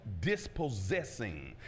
dispossessing